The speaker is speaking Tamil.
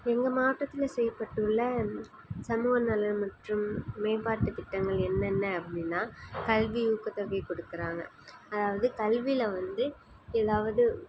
எங்கள் மாவட்டத்தில் செய்யப்பட்டுள்ள சமூக நலன் மற்றும் மேம்பாட்டுத் திட்டங்கள் என்னென்ன அப்படின்னா கல்வி ஊக்கத்தொகை கொடுக்குறாங்க அதாவது கல்வியில் வந்து ஏதாவது